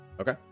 Okay